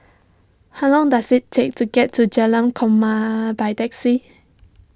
how long does it take to get to Jalan Korma by taxi